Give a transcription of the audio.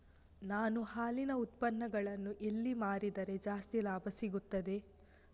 ನಾನು ಹಾಲಿನ ಉತ್ಪನ್ನಗಳನ್ನು ಎಲ್ಲಿ ಮಾರಿದರೆ ಜಾಸ್ತಿ ಲಾಭ ಸಿಗುತ್ತದೆ?